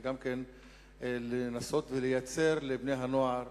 וגם לנסות ולייצר לבני-הנוער